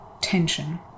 tension